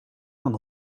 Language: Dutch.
dan